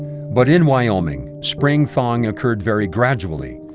but in wyoming, spring thawing occurred very gradually,